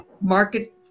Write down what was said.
market